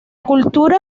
cultura